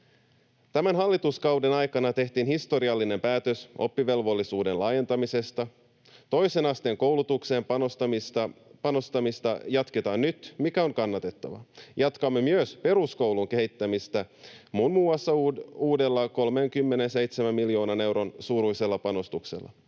Tämän hallituskauden aikana tehtiin historiallinen päätös oppivelvollisuuden laajentamisesta. Toisen asteen koulutukseen panostamista jatketaan nyt, mikä on kannatettavaa. Jatkamme myös peruskoulun kehittämistä muun muassa uudella, 37 miljoonan euron suuruisella panostuksella.